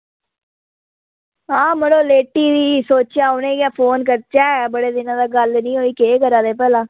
आओ मड़ो लेटी दी सोचेआ उनेंगी गै फोन करचै बड़े दिनें दी गल्ल निं होई केह् कर गे भला